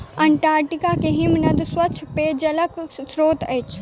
Antarctica के हिमनद स्वच्छ पेयजलक स्त्रोत अछि